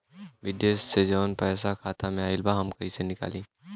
विदेश से जवन पैसा खाता में आईल बा हम कईसे निकाली?